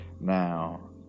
Now